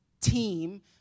team